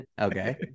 okay